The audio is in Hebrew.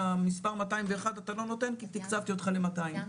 למספר 201 אתה לא נותן כי תקצבתי אותך ל-200'